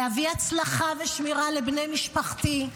להביא הצלחה ושמירה לבני משפחתי,